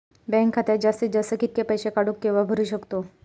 Bank खात्यात जास्तीत जास्त कितके पैसे काढू किव्हा भरू शकतो?